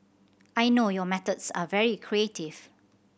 I know your methods are very creative